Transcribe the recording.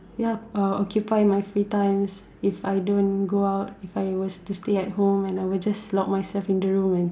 ya uh occupy my free times if I don't go out if I were to stay at home and I would just lock myself in the room and